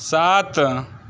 सात